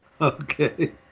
Okay